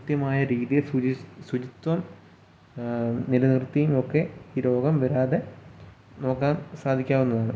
കൃത്യമായരീതീ ശുചിത്തം നില നിർത്തിയുമൊമൊക്കെ ഈ രോഗം വരാതെ നോക്കാൻ സാധിക്കാവുന്നതാണ്